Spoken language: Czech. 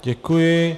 Děkuji.